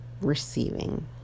receiving